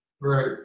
Right